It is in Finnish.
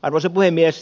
arvoisa puhemies